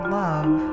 love